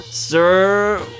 Sir